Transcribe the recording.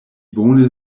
bone